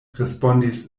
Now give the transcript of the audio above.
respondis